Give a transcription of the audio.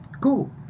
Cool